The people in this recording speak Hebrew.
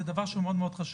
זה דבר שהוא מאוד חשוב.